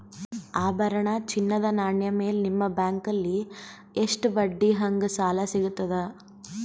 ಆಭರಣ, ಚಿನ್ನದ ನಾಣ್ಯ ಮೇಲ್ ನಿಮ್ಮ ಬ್ಯಾಂಕಲ್ಲಿ ಎಷ್ಟ ಬಡ್ಡಿ ಹಂಗ ಸಾಲ ಸಿಗತದ?